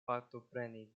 partopreni